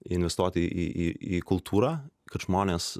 investuoti į į į į kultūrą kad žmonės